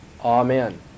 Amen